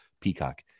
Peacock